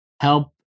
help